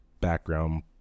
background